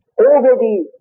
already